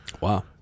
Wow